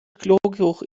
chlorgeruch